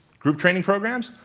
group training programs,